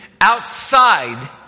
outside